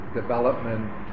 development